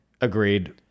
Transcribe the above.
Agreed